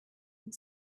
and